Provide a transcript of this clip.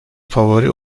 favori